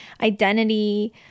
identity